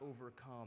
overcome